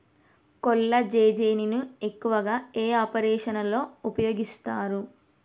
కొల్లాజెజేని ను ఎక్కువగా ఏ ఆపరేషన్లలో ఉపయోగిస్తారు?